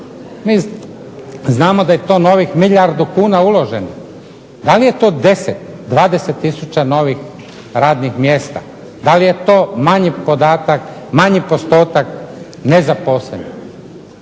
Mi znamo da je to novih milijardu kuna uloženo, da li je to 10, 20 tisuća novih radnih mjesta, da li je to manji podatak, manji postotak nezaposlenih,